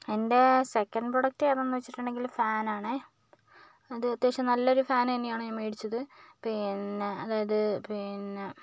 എന്റെ second product ഏതെന്ന് വെച്ചിട്ടുണ്ടെങ്കിൽ ഫാന് ആണേ അത് അത്യാവശ്യം നല്ലൊരു ഫാന് തന്നെയാണ് ഞാന് മേടിച്ചത് പിന്നെ അതായത് പിന്നെ